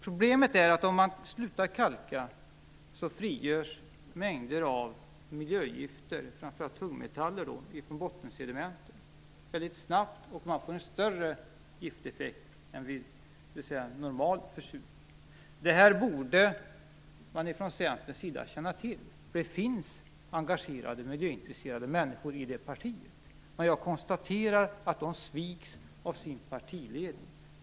Problemet är att det väldigt snabbt frigörs mängder av miljögifter, framför allt tungmetaller, från bottensedimenten om man slutar kalka. Man får en större gifteffekt än vid normal försurning. Detta borde man ifrån Centerns sida känna till. Det finns engagerade miljöintresserade människor i det partiet, men jag konstaterar att de sviks av sin partiledning.